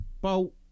Bolt